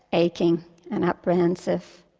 aching and apprehensive,